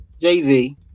JV